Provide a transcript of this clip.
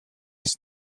his